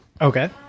Okay